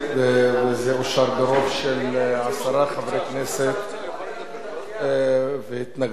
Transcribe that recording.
זה אושר ברוב של עשרה חברי כנסת והתנגדות של שניים,